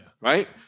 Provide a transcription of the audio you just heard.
Right